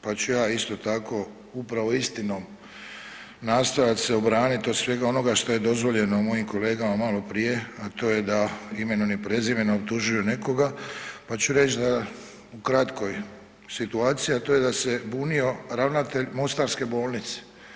pa ću ja isto tako, upravo istinom nastojat se obranit od svega onoga što je dozvoljeno mojim kolegama maloprije a to je da imenom i prezimenom optužuju nekoga pa ću reć da u kratkoj situaciji, a to je da se bunio ravnatelj mostarske bolnice.